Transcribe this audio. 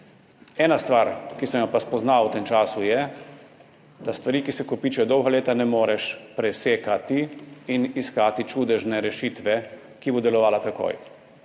Ena stvar, ki sem jo pa spoznal v tem času, je, da stvari, ki se kopičijo dolga leta, ne moreš presekati in iskati čudežne rešitve, ki bo delovala takoj.